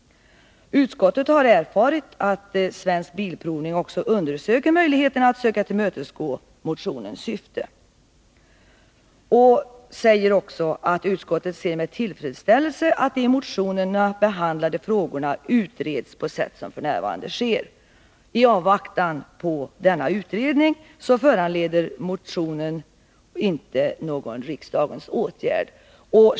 Utskottet har vidare erfarit att svensk bilprovning undersöker möjligheterna att tillmötesgå motionens syfte och säger att utskottet ser med tillfredsställelse att de i motionen behandlade frågorna utreds på det sätt som f.n. sker. I avvaktan på denna utredning bör motionen emellertid enligt utskottets mening inte föranleda någon riksdagens åtgärd.